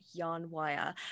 Yarnwire